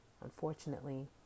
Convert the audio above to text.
Unfortunately